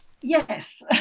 Yes